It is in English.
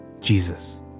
Jesus